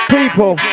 People